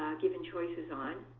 given choices on.